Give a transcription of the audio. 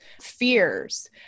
fears